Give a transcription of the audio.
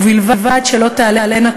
ובלבד שלא תעלינה,